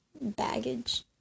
baggage